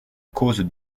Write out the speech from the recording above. cause